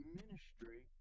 ministry